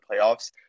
playoffs